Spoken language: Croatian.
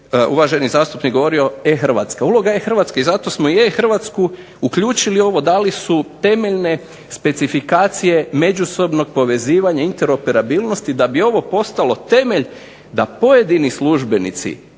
uvaženi zastupnik govorio e-Hrvatske, uloga e-Hrvatske i zato smo e-Hrvatsku uključili u ovo, dali su temeljne specifikacije međusobnog povezivanja interoperabilnosti da bi ovo postalo temelj da pojedini službenici